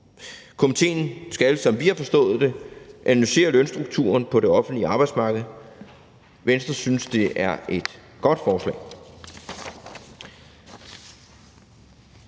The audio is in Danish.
Komitéen skal, som vi har forstået det, analysere lønstrukturen på det offentlige arbejdsmarked. Venstre synes, det er et godt forslag.